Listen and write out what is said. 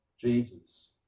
Jesus